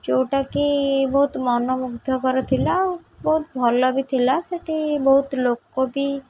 ଯେଉଁଟାକି ବହୁତ ମନ ମୁଗ୍ଧକର ଥିଲା ଆଉ ବହୁତ ଭଲ ବି ଥିଲା ସେଇଠି ବହୁତ ଲୋକ ବି